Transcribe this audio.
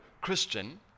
Christian